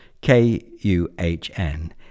K-U-H-N